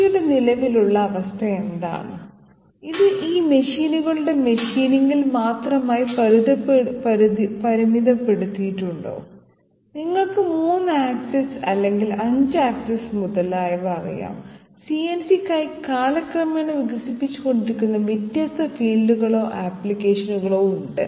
CNC യുടെ നിലവിലെ അവസ്ഥ എന്താണ് ഇത് ഈ മെഷീനുകളുടെ മെഷീനിംഗിൽ മാത്രമായി പരിമിതപ്പെടുത്തിയിട്ടുണ്ടോ നിങ്ങൾക്ക് 3 ആക്സിസ് അല്ലെങ്കിൽ 5 ആക്സിസ് മുതലായവ അറിയാം CNC യ്ക്കായി കാലക്രമേണ വികസിപ്പിച്ചുകൊണ്ടിരിക്കുന്ന വ്യത്യസ്ത ഫീൽഡുകളോ ആപ്ലിക്കേഷനുകളോ ഉണ്ട്